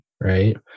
right